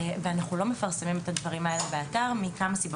ואנחנו לא מפרסמים את הדברים האלה באתר מכמה סיבות.